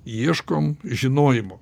ieškom žinojimo